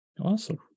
Awesome